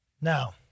Now